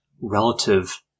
relative